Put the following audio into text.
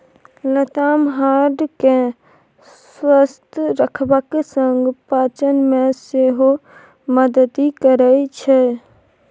लताम हार्ट केँ स्वस्थ रखबाक संग पाचन मे सेहो मदति करय छै